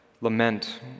lament